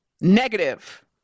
negative